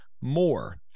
more